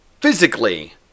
physically